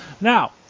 now